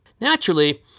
Naturally